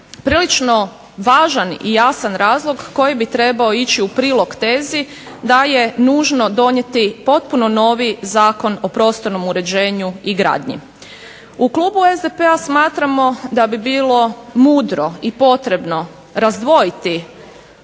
prilično važan i jasan razlog koji bi trebao ići u prilog tezi da je nužno donijeti potpuno novi Zakon o prostornom uređenju i gradnji. U Klubu SDP-a smatramo da bi bilo mudro i potrebno razdvojiti